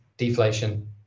deflation